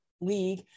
league